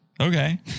Okay